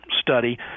study